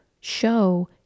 show